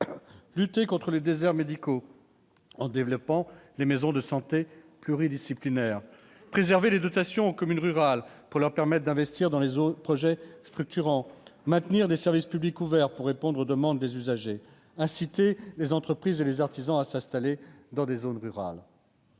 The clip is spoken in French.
lutter contre les déserts médicaux en développant les maisons de santé pluridisciplinaires, préserver les dotations des communes rurales pour leur permettre d'investir dans des projets structurants, maintenir des services publics ouverts pour répondre aux demandes des usagers, inciter les entreprises et les artisans à s'installer dans les zones rurales.